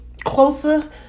closer